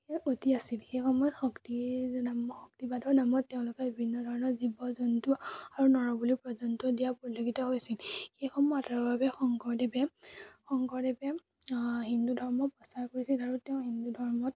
অতি আছিল সেইসময়ত শক্তি নাম শক্তিবাদৰ নামত তেওঁলোকে বিভিন্ন ধৰণৰ জীৱ জন্তু আৰু নৰবলিও পৰ্য্য়ন্ত দিয়া পৰিলক্ষিত হৈছিল সেইসমূহ আঁতৰাবৰ বাবে শংকৰদেৱে শংকৰদেৱে হিন্দু ধৰ্ম প্ৰচাৰ কৰিছিল আৰু তেওঁ হিন্দু ধৰ্মত